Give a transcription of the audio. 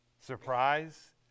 Surprise